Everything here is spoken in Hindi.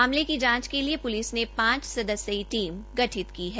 मामले की जांच के लिये पुलिस ने पांच सदस्यीय टीम गठित की है